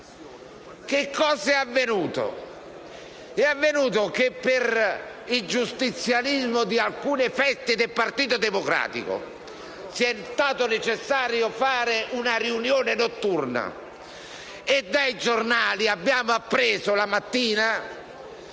Che cosa è avvenuto poi? Per il giustizialismo di alcune fette del Partito Democratico è stato necessario indire una riunione notturna e dai giornali abbiamo appreso la mattina